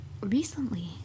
recently